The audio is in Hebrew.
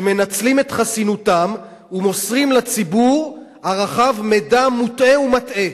שמנצלים את חסינותם ומוסרים לציבור הרחב מידע מוטעה ומטעה.